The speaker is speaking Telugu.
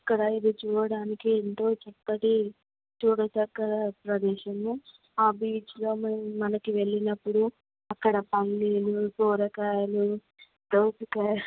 అక్కడ ఇవి చూడటానికి ఎంతో చక్కటి చూడదగిన ప్రదేశము ఆ బీచ్లో మనకి వెళ్ళినప్పుడు పల్లీలు కూరగాయలు దోసకాయ